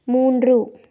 மூன்று